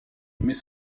mais